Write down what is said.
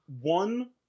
one